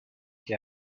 qui